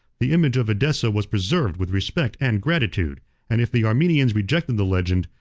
the image of edessa was preserved with respect and gratitude and if the armenians rejected the legend,